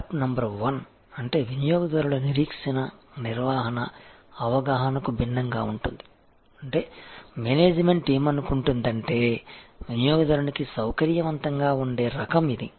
gap number 1 అంటే వినియోగదారుల నిరీక్షణ నిర్వహణ అవగాహనకు భిన్నంగా ఉంటుంది అంటే మేనేజ్మెంట్ ఏమనుకుంటుందంటే వినియోగదారునికి సౌకర్యవంతంగా ఉండే రకం ఇది